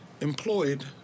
employed